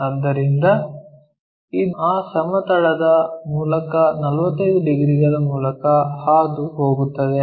ಆದ್ದರಿಂದ ಇದು ಆ ಸಮತಲದ ಮೂಲಕ 45 ಡಿಗ್ರಿಗಳ ಮೂಲಕ ಹೋಗುತ್ತದೆ